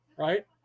Right